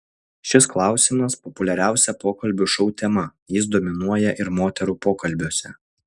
šis klausimas populiariausia pokalbių šou tema jis dominuoja ir moterų pokalbiuose